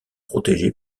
protégée